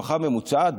משפחה ממוצעת,